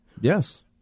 Yes